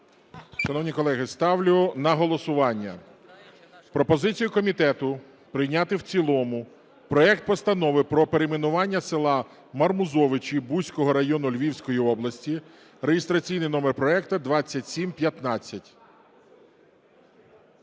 Шановні колеги, ставлю на голосування пропозицію комітету прийняти в цілому проект Постанови про перейменування села Мармузовичі Буського району Львівської області (реєстраційний номер проекту 2715).